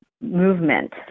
movement